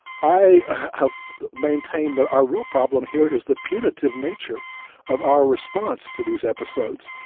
i have maintained that our real problem here is the punitive nature of our response to these episodes.